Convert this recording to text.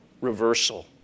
reversal